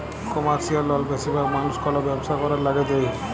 commercial লল বেশিরভাগ মালুস কল ব্যবসা ক্যরার ল্যাগে লেই